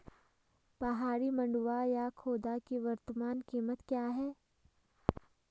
पहाड़ी मंडुवा या खोदा की वर्तमान कीमत क्या है?